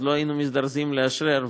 לא היינו מזדרזים לאשרר.